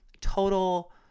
total